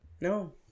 No